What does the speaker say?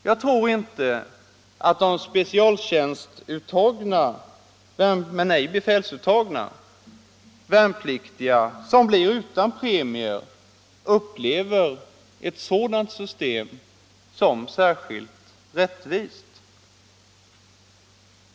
Jag tror inte att de befälsuttagna värnpliktiga som blir utan premier upplever ett sådant system som särskilt rättvist.